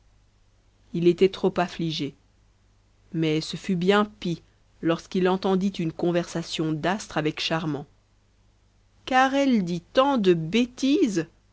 il était trop affligé mais ce fut bien pris lorsqu'il entendit une conversation d'astre avec charmant car elle dit tant de bêtises